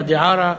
ואדי-עארה,